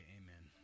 amen